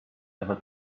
ever